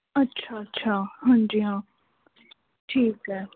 ਅੱਛਾ ਅੱਛਾ ਹਾਂਜੀ ਹਾਂ ਠੀਕ ਹੈ